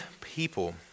people